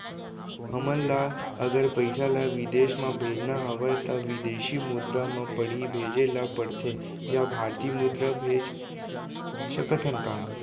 हमन ला अगर पइसा ला विदेश म भेजना हवय त विदेशी मुद्रा म पड़ही भेजे ला पड़थे या भारतीय मुद्रा भेज सकथन का?